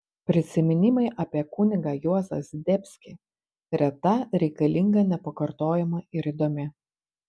prisiminimai apie kunigą juozą zdebskį reta reikalinga nepakartojama ir įdomi